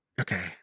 okay